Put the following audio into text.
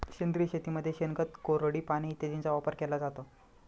सेंद्रिय शेतीमध्ये शेणखत, कोरडी पाने इत्यादींचा वापर केला जातो